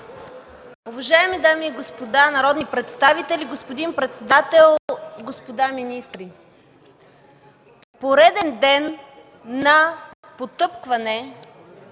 Уважаеми дами и господа народни представители, господин председател, господа министри! Пореден ден на потъпкване